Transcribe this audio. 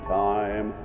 time